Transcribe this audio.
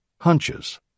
hunches